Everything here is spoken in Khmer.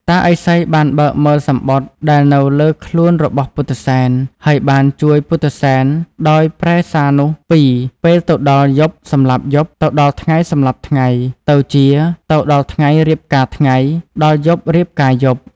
តាឥសីបានបើកមើលសំបុត្រដែលនៅលើខ្លួនរបស់ពុទ្ធិសែន ហើយបានជួយពុទ្ធិសែនដោយប្រែសារនោះពី "ពេលទៅដល់យប់សម្លាប់យប់ ទៅដល់ថ្ងៃសម្លាប់ថ្ងៃ" ទៅជា "ទៅដល់ថ្ងៃរៀបការថ្ងៃ ដល់យប់រៀបការយប់"។